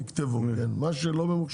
לא,